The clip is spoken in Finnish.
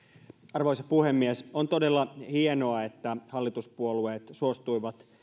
arvoisa puhemies on todella hienoa että hallituspuolueet suostuivat